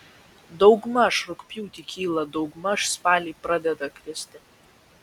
daugmaž rugpjūtį kyla daugmaž spalį pradeda kristi